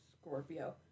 Scorpio